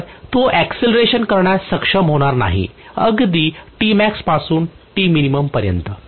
तर तो अक्सिलेरेशन करण्यास सक्षम होणार नाही अगदी पासून पर्यंत